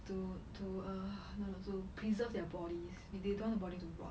to to err no no to preserve their bodies they don't want their bodies to rot